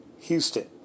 Houston